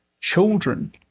children